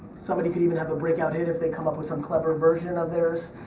somebody could even have a breakout hit if they come up with some clever version of theirs.